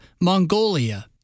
Mongolia